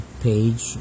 page